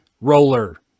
roller